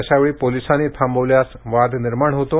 अशा वेळी पोलिसांनी थांबविल्यास वाद निर्माण होतो